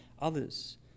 others